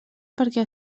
perquè